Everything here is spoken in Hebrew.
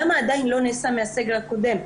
למה הוא לא נעשה מהסגר הקודם?